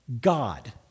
God